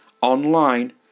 online